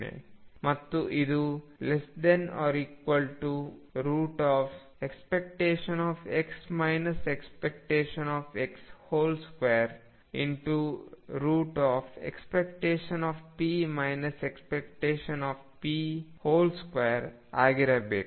ಮತ್ತು ಇದು ⟨x ⟨x⟩2⟩ ⟨p ⟨p⟩2⟩ ಆಗಿರಬೇಕು